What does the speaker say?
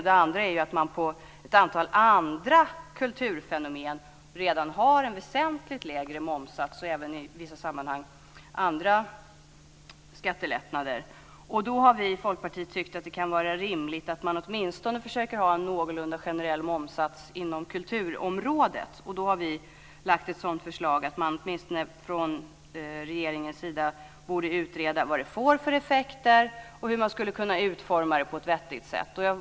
Det andra är att ett antal andra kulturfenomen redan har en väsentligt lägre momssats och i vissa sammanhang även andra skattelättnader. Därför har vi i Folkpartiet tyckt att det kan vara rimligt att försöka ha en någorlunda generell momssats inom kulturområdet. Vi har föreslagit att man från regeringens sida ska utreda vad det skulle få för effekter och hur utformningen skulle kunna ske på ett vettigt sätt.